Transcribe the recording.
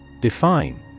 Define